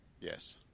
Yes